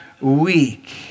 week